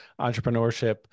entrepreneurship